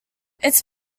its